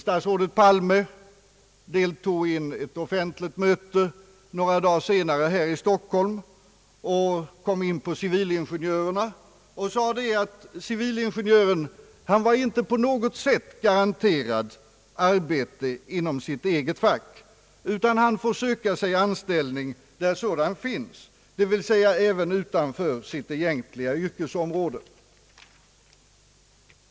Statsrådet Palme deltog i ett offentligt möte några dagar senare här i Stockholm och kom in på civilingenjörerna. Han sade att civilingenjören inte på något sätt var garanterad arbete inom sitt eget fack, utan han får söka sig anställning där sådan finns, dvs. även utanför sitt egentliga yrkesområde.